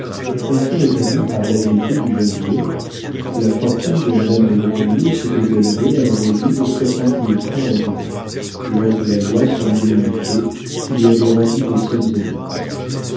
ainsi rétablie par l'habileté du jeune avoué la fortune de madame de grandlieu s'était élevée à un revenu de soixante mille francs environ lors de la loi sur l'indemnité qui lui avait rendu des sommes énormes